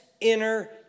inner